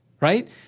right